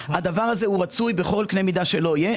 הדבר הזה רצוי בכל קנה מידה שלא יהיה.